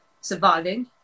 surviving